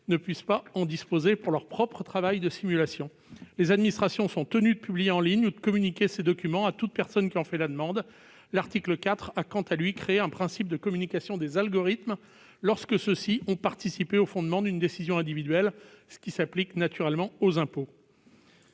de simulations disposer de ce que les citoyens peuvent obtenir. Les administrations sont tenues de publier en ligne ou de communiquer ces documents à toute personne qui en fait la demande. L'article 4 a quant à lui créé un principe de communication des algorithmes lorsque ceux-ci ont participé au fondement d'une décision individuelle, ce qui s'applique naturellement aux impôts.